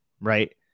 right